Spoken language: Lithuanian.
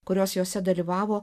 kurios jose dalyvavo